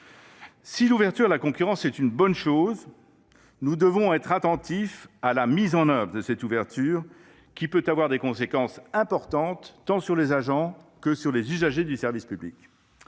Si l’ouverture à la concurrence est une bonne chose, nous devons être attentifs à sa mise en œuvre, car elle peut avoir des conséquences importantes pour les agents et les usagers du service public.